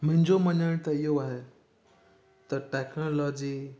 मुंहिंजो मञण त इहो आहे त टेक्नोलॉजी